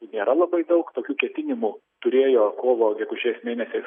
nėra labai daug tokių ketinimų turėjo kovo gegužės mėnesiais